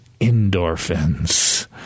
endorphins